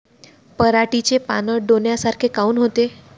पराटीचे पानं डोन्यासारखे काऊन होते?